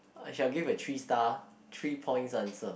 I shall give a three star three points answer